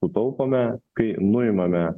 sutaupome kai nuimame